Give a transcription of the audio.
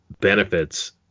benefits